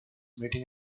mating